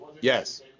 Yes